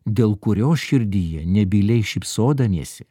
dėl kurio širdyje nebyliai šypsodamiesi